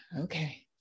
okay